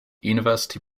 university